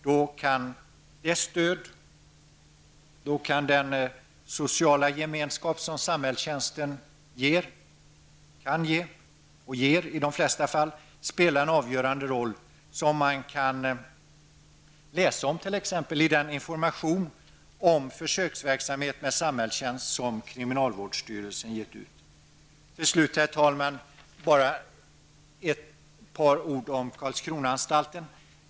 Då kan det stöd och den sociala gemenskap som samhällstjänsten kan ge, och i de flesta fall ger, spelar en avgörande roll, som man kan läsa om t.ex. Till slut, herr talman, bara ett par ord om Karlskronaanstalten.